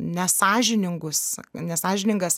nesąžiningus nesąžiningas